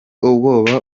ubwoba